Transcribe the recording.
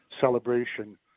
celebration